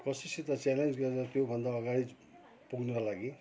कसैसित challenge गरेर त्योभन्दा अगाडि पुग्नको लागि